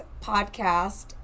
podcast